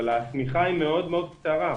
אבל השמיכה היא מאוד מאוד קצרה,